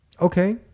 okay